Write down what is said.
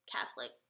Catholic